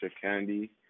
Candy